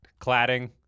cladding